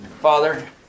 Father